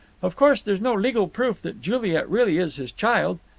of course there's no legal proof that juliet really is his child,